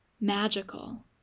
magical